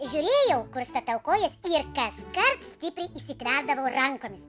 žiūrėjau kur statau kojas ir kas kart stipriai įsitraukdavau rankomis